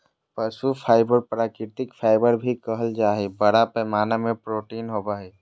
पशु फाइबर प्राकृतिक फाइबर भी कहल जा हइ, बड़ा पैमाना में प्रोटीन होवो हइ